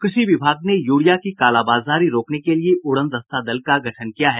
कृषि विभाग ने यूरिया की कालाबाजारी रोकने के लिए उड़न दस्ता दल का गठन किया है